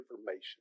information